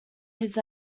his